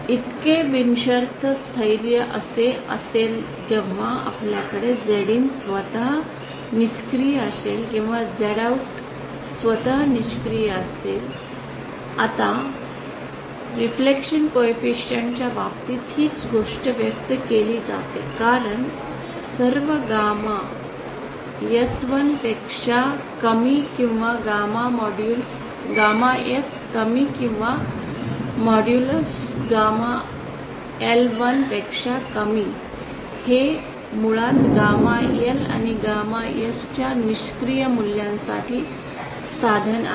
इतके बिनशर्त स्थैर्य असे असेल जेव्हा आपल्याकडे ZIN स्वत निष्क्रिय असेल किंवा ZOUT स्वत निष्क्रिय असेल आता प्रतिबिंब गुणांकां च्या बाबतीत हीच गोष्ट व्यक्त केली जाते कारण सर्व गॅमा एस १ पेक्षा कमी किंवा गॅमा मोड्युलस गॅमा एस कमी किंवा मोड्युलस गॅमा एल १ पेक्षा कमी हे मुळात गॅमा एल आणि गॅमा एसच्या निष्क्रिय मूल्यांसाठी साधन आहे